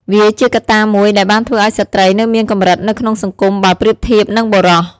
វាជាកត្តាមួយដែលបានធ្វើឱ្យស្ត្រីនៅមានកម្រិតនៅក្នុងសង្គមបើប្រៀបធៀបនឹងបុរស។